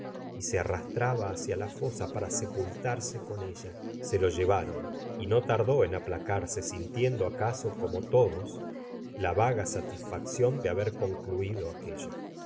y se arrastraba hacia la fosa para sepultarse con ella se lo llevaron y no tardó en aplacarse sinliendo acaso como todos la vaga satisfacción de haber concluido aquello